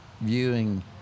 viewing